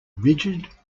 rigid